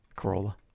Corolla